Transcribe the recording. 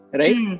right